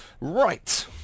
Right